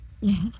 Yes